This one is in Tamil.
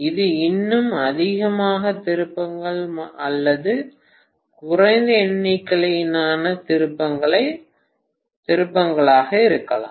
இது இன்னும் அதிகமான திருப்பங்கள் அல்லது குறைந்த எண்ணிக்கையிலான திருப்பங்களாக இருக்கலாம்